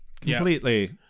completely